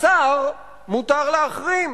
בשר מותר להחרים,